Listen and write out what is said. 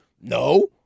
No